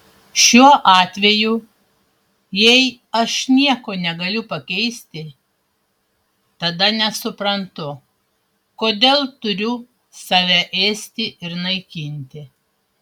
šiuo atveju jei aš nieko negaliu pakeisti tada nesuprantu kodėl turiu save ėsti ir naikinti